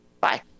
Bye